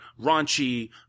raunchy